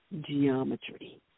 Geometry